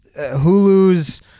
Hulu's